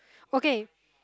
okay